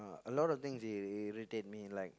a lot of things irri~ irritate me like